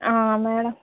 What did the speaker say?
madam